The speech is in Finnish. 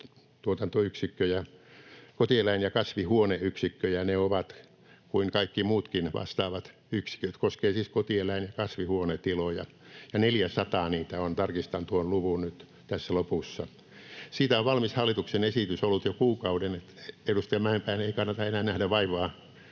samanlaisia kotieläin- ja kasvihuoneyksikköjä ne ovat kuin kaikki muutkin vastaavat yksiköt. Tämä koskee siis kotieläin- ja kasvihuonetiloja. — Ja 400 niitä on, tarkistan tuon luvun nyt tässä lopussa. — Siitä on valmis hallituksen esitys ollut jo kuukauden. Edustaja Mäenpään ei kannata enää nähdä vaivaa